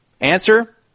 Answer